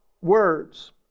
words